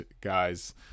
guys